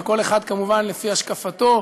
כל אחד כמובן לפי השקפתו,